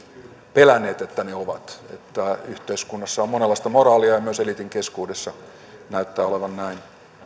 pelänneet että yhteiskunnassa on monenlaista moraalia ja myös eliitin keskuudessa näyttää olevan näin